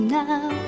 now